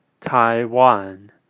Taiwan